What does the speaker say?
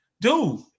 Dude